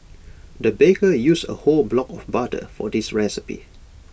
the baker used A whole block of butter for this recipe